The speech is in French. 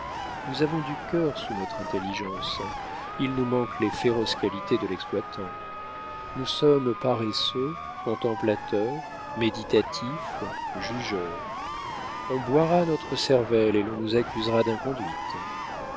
nous avons du cœur sous notre intelligence il nous manque les féroces qualités de l'exploitant nous sommes paresseux contemplateurs méditatifs jugeurs on boira notre cervelle et l'on nous accusera d'inconduite